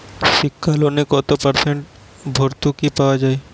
শিক্ষা লোনে কত পার্সেন্ট ভূর্তুকি পাওয়া য়ায়?